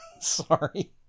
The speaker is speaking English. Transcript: Sorry